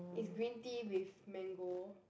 it's green tea with mango